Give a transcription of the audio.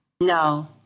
No